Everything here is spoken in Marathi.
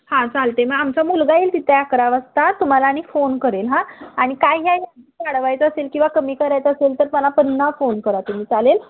हां चालते मग आमचा मुलगा येईल तिथे अकरा वाजता तुम्हाला आणि फोन करेल हां आणि काही घ्यायला वाढवायचं असेल किंवा कमी करायचं असेल तर मला पुन्हा फोन करा तुम्ही चालेल